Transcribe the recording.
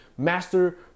master